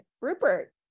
Rupert